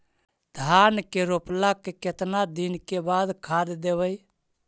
धान के रोपला के केतना दिन के बाद खाद देबै?